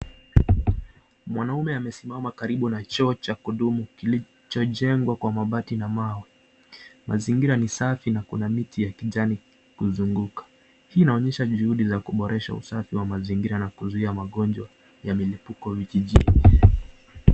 Mwanaume amesimama karibu na choo cha kudumu kilichojengwa kwa mabati na mawe. Mazingira ni safi na kuna miti ya kijani kuzunguka. Hii inaonyesha juhudi ya kuboresha usafi wa mazingira na kuzuia magonjwa ya milipuko vijijni.